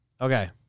Okay